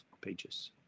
pages